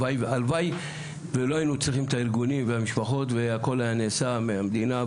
הלוואי ולא היינו צריכים את הארגונים והכול היה הנשה מהמדינה,